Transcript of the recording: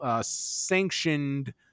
sanctioned